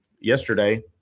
yesterday